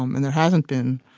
um and there hasn't been